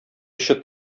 эче